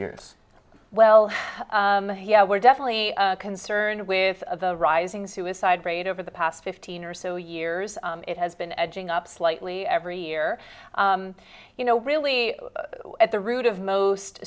years well yeah we're definitely concerned with the rising suicide rate over the past fifteen or so years it has been edging up slightly every year you know really at the root of most